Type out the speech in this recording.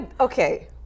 okay